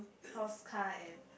house car and